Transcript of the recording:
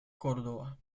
córdoba